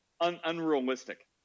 unrealistic